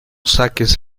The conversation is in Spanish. saques